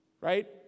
Right